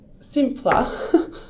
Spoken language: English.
simpler